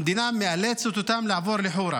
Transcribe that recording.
המדינה מאלצת אותם לעבור לחורה,